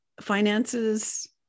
finances